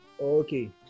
Okay